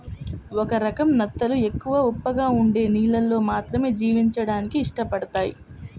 ఒక రకం నత్తలు ఎక్కువ ఉప్పగా ఉండే నీళ్ళల్లో మాత్రమే జీవించడానికి ఇష్టపడతయ్